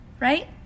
right